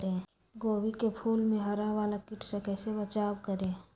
गोभी के फूल मे हरा वाला कीट से कैसे बचाब करें?